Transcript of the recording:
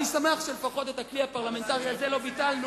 אני שמח שלפחות את הכלי הפרלמנטרי הזה לא ביטלנו,